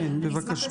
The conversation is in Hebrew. כן, בבקשה.